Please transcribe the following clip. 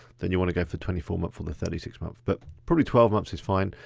then you wanna go for twenty four months or the thirty six months, but probably twelve months is fine.